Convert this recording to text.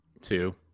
Two